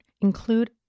include